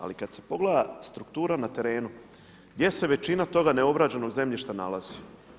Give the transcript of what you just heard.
Ali, kad se pogleda struktura na terenu, gdje se većina toga neobrađenog zemljišta nalazi?